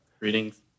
Greetings